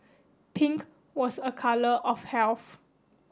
pink was a colour of health